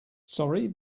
sorry